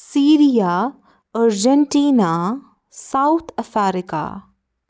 Syria Argentina South Africa